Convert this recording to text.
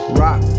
rock